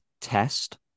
test